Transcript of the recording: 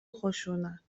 خشونت